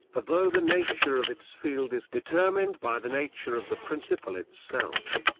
ah though the nature of its field is determined by the nature of the principle itself,